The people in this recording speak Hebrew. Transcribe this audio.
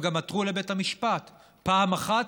הם גם עתרו לבית המשפט פעם אחת,